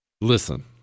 Listen